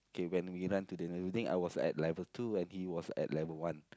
okay when we run to the nearest building I was at level two and he was at level one